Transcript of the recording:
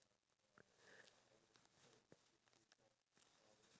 like sorry kopitiam and bagus but ya